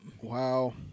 Wow